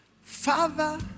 father